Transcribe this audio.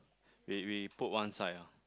we we put one side ah